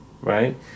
Right